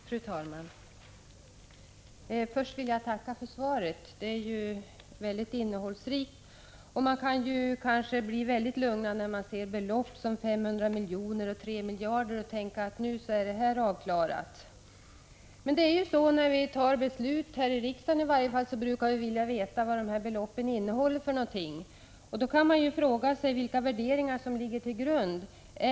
Fru talman! Först vill jag tacka för svaret. Det är ju innehållsrikt. Man kan bli väldigt lugn när man ser belopp som 500 miljoner och 3 miljarder och tänka att nu är det här avklarat. När vi här i riksdagen fattar beslut brukar vi vilja veta vad beloppen avser. Då kan man fråga sig vilka värderingar som ligger till grund här.